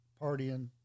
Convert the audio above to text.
partying